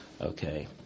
okay